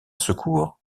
secours